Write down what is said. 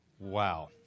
Wow